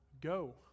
Go